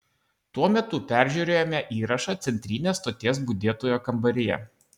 tuo metu peržiūrėjome įrašą centrinės stoties budėtojo kambaryje